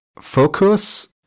Focus